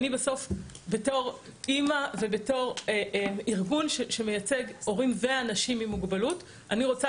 אני בסוף בתור אימא ובתור ארגון שמייצג הורים ואנשים עם מוגבלות רוצה